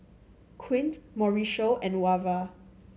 Quint Mauricio and Wava